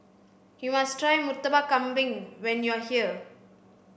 you must try murtabak kambing when you are here